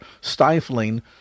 stifling